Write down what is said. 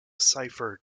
cipher